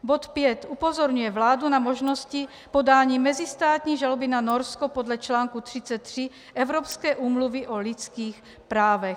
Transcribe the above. Bod 5 upozorňuje vládu na možnosti podání mezistátní žaloby na Norsko podle článku 33 Evropské úmluvy o lidských právech.